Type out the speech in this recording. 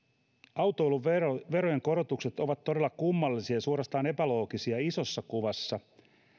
autoilun verojen verojen korotukset ovat todella kummallisia suorastaan epäloogisia isossa kuvassa